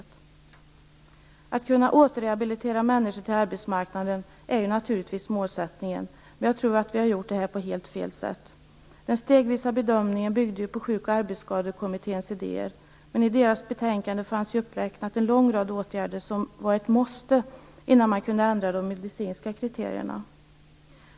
Målet är naturligtvis att kunna återrehabilitera människor till arbetsmarknaden, men jag tror att vi har gjort detta arbete på helt fel sätt. Den stegvisa bedömningen byggde på Sjuk och arbetsskadekommitténs idéer, men i dess betänkande räknades det upp en lång rad åtgärder som skulle vara ett måste innan man kunde ändra de medicinska kriterierna.